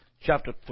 chapter